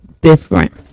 different